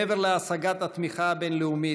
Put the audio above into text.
מעבר להשגת התמיכה הבין-לאומית,